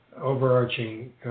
overarching